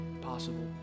possible